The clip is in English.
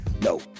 No